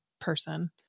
person